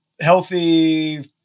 healthy